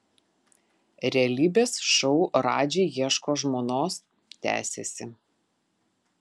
realybės šou radži ieško žmonos tęsiasi